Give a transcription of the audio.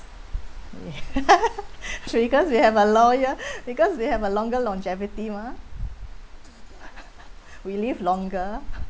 ya because we have a longe~ because we have a longer longevity[mah] we live longer